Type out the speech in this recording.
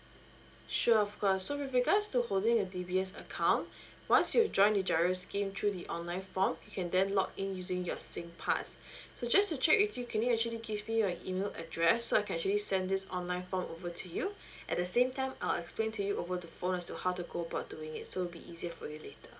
sure of course so with regards to holding a DBS account once you join the GIRO scheme through the online form you can then log in using your singpass so just to check with you can you actually give me your email address so I can actually send this online form over to you at the same time uh explain to you over the phone as to how to go about doing it so it'll be easier for you later